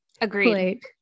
Agreed